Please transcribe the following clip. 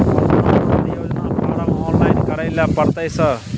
प्रधानमंत्री योजना form online करैले परतै सर?